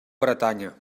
bretanya